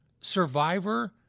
Survivor